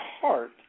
heart